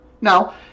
Now